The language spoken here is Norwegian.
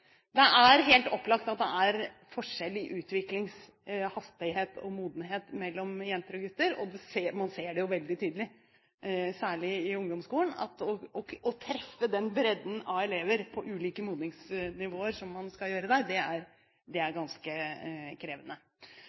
Det er helt opplagt at det er forskjell i utviklingshastighet og modenhet mellom jenter og gutter. Man ser jo veldig tydelig, særlig i ungdomsskolen, at å treffe bredden av elever på ulike modningsnivåer, som man skal gjøre der, er ganske krevende.